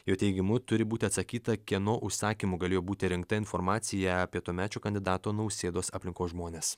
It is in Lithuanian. jo teigimu turi būti atsakyta kieno užsakymu galėjo būti rinkta informacija apie tuomečio kandidato nausėdos aplinkos žmones